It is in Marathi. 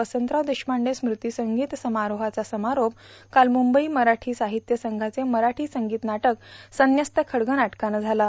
वसंतराव देशपांडे स्मृती संगीत समारोहाचा समारोप काल ग्रंबई मरावी साहित्य संघाचं मरावी संगीत नाटक सब्यस्त खड्य नाट्कानं झाला